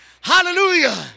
hallelujah